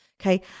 okay